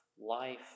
life